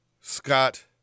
Scott